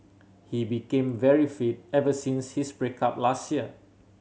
he became very fit ever since his break up last year